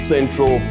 Central